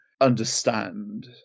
understand